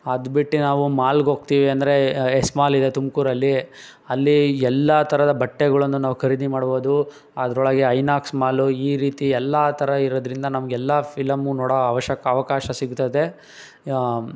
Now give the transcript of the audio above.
ಅದು ಬಿಟ್ಟು ನಾವು ಮಾಲ್ಗೆ ಹೋಗ್ತೀವಿ ಅಂದರೆ ಎಸ್ ಮಾಲ್ ಇದೆ ತುಮಕೂರಲ್ಲಿ ಅಲ್ಲಿ ಎಲ್ಲ ಥರದ ಬಟ್ಟೆಗಳನ್ನ ನಾವು ಖರೀದಿ ಮಾಡ್ಬೌದು ಅದರೊಳಗೆ ಐನಾಕ್ಸ್ ಮಾಲು ಈ ರೀತಿ ಎಲ್ಲ ಥರ ಇರೋದರಿಂದ ನಮ್ಗೆ ಎಲ್ಲ ಫಿಲಮ್ಮು ನೋಡೋ ಅವಶ್ಯಕ ಅವಕಾಶ ಸಿಗ್ತದೆ